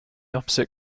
opposite